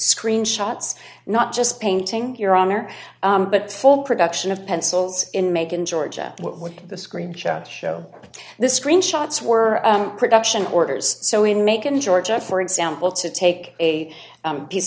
screen shots not just painting your honor but full production of pencils in macon georgia when the screen shots show the screen shots were production orders so in macon georgia for example to take a piece